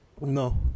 No